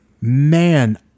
man